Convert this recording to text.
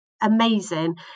amazing